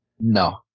No